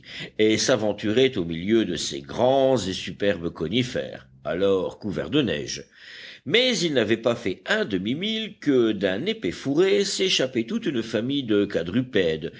et s'aventuraient au milieu de ces grands et superbes conifères alors couverts de neige mais ils n'avaient pas fait un demi-mille que d'un épais fourré s'échappait toute une famille de quadrupèdes